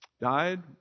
Died